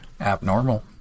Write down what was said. abnormal